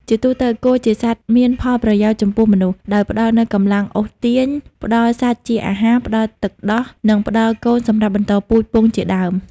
ជាទូទៅ គោជាសត្វមានផលប្រយោជន៍ចំពោះមនុស្ស ដោយផ្ដល់នូវកម្លាំងអូសទាញ ផ្ដល់សាច់ជាអាហារ ផ្ដល់ទឹកដោះ និងផ្ដល់កូនសំរាប់បន្តពូជពង្សជាដើម។